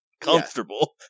comfortable